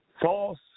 false